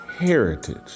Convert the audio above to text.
heritage